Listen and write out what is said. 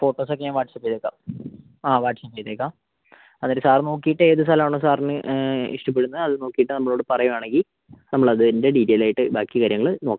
photos ഒക്കെ ഞാൻ WhatsApp ചെയ്തേക്കാം ആ വാട്ട്സ്ആപ്പ് ചെയ്തേക്കാം അതായത് സാർ നോക്കിയിട്ട് ഏതു സ്ഥലം ആണോ സാറിന് ഇഷ്ടപ്പെടുന്നത് അതു നോക്കിയിട്ട് നമ്മളോട് പറയുകയാണെങ്കിൽ നമ്മൾ അതിൻ്റെ ഡീറ്റെയിൽ ആയിട്ട് ബാക്കി കാര്യങ്ങൾ നോക്കാം